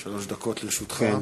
שלוש דקות לרשותך.